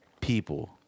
people